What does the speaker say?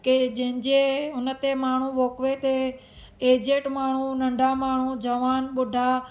के जंहिंजे हुन ते माण्हू वॉकवे ते एजेड माण्हू नंढा माण्हू जवान बूढा